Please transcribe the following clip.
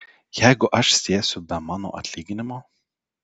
jeigu aš sėsiu be mano atlyginimo